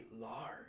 large